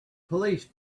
police